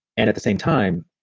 and at the same time,